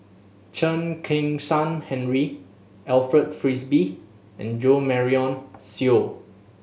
Chen Kezhan Henri Alfred Frisby and Jo Marion Seow